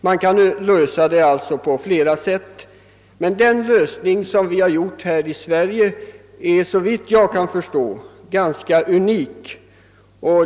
Man kan alltså lösa denna fråga på flera sätt, men den lösning som vi har valt i Sverige är såvitt jag kan förstå unik.